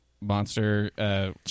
monster